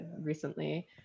recently